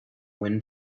wind